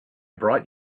brought